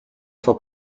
for